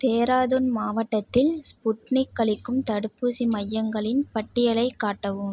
தேராதூன் மாவட்டத்தில் ஸ்புட்னிக் அளிக்கும் தடுப்பூசி மையங்களின் பட்டியலைக் காட்டவும்